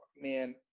Man